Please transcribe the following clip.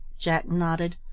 jack nodded.